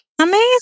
Amazing